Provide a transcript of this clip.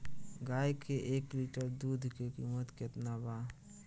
गाय के एक लीटर दुध के कीमत केतना बा?